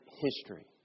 history